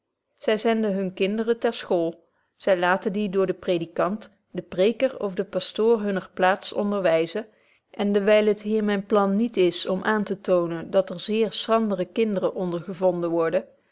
zy zenden hunne kinderen ter school zy laten die door den predikant den preker of den pastoor hunner plaats onderwyzen en dewyl het hier myn plan niet is om aan te toonen dat er zeer schrandere kinderen onder gevonden worden